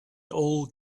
all